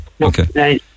okay